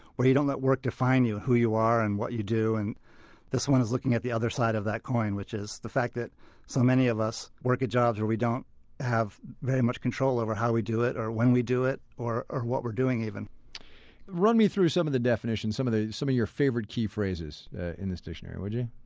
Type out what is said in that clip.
where you don't let work define who you are and what you do. and this one is looking at the other side of that coin, which is the fact that so many of us work at jobs where we don't have very much control over how we do it or when we do it or or what we're doing, even run me through some of the definitions, some of your favorite key phrases in this dictionary, would you?